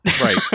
right